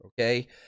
okay